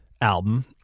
album